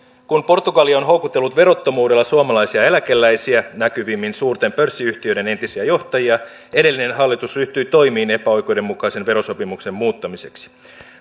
kun portugali on houkutellut verottomuudella suomalaisia eläkeläisiä näkyvimmin suurten pörssiyhtiöiden entisiä johtajia edellinen hallitus ryhtyi toimiin epäoikeudenmukaisen verosopimuksen muuttamiseksi